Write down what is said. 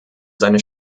seine